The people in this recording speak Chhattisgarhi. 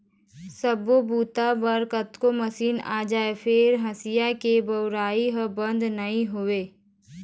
सब्बो बूता बर कतको मसीन आ जाए फेर हँसिया के बउरइ ह बंद नइ होवय